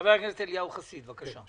חבר הכנסת אליהו חסיד, בבקשה.